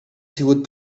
sigut